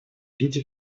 виде